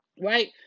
right